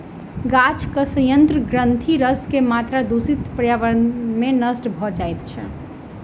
गाछक सयंत्र ग्रंथिरस के मात्रा दूषित पर्यावरण में नष्ट भ जाइत अछि